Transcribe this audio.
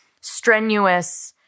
strenuous